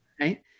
Right